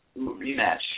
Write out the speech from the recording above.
rematch